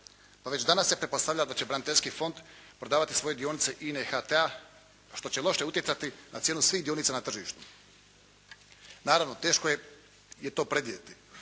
Pa već danas se pretpostavlja da će braniteljski fond prodavati svoje dionice INA-e i HT-a što će loše utjecati na cijenu svih dionica na tržištu. Naravno, teško je to predvidjeti,